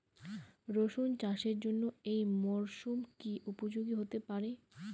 রসুন চাষের জন্য এই মরসুম কি উপযোগী হতে পারে?